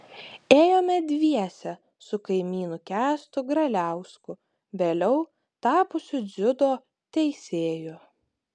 ėjome dviese su kaimynu kęstu graliausku vėliau tapusiu dziudo teisėju